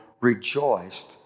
rejoiced